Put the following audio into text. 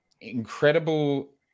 incredible